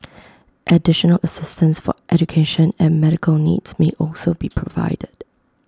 additional assistance for education and medical needs may also be provided